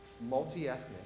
multi-ethnic